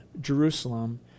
Jerusalem